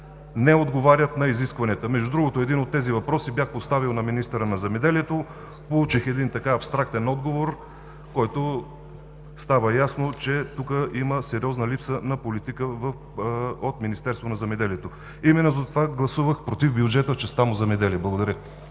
не отговарят на изискванията. Един от тези въпроси бях поставил на министъра на земеделието. Получих абстрактен отговор, от който става ясно, че тук има сериозна липса на политика от Министерството на земеделието. Именно затова гласувах „против“ бюджета в частта му „Земеделие“. Благодаря.